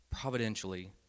providentially